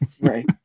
right